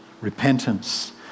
Repentance